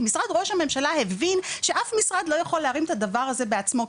כי משרד ראש הממשלה הבין שאף אחד לא יכול להרים את הדבר הזה בעצמו.